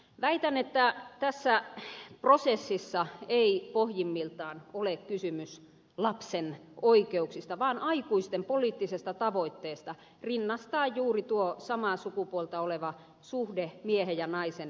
väitän että tässä prosessissa ei pohjimmiltaan ole kysymys lapsen oikeuksista vaan aikuisten poliittisesta tavoitteesta rinnastaa juuri tuo samaa sukupuolta oleva suhde miehen ja naisen muodostamaan avioliittoon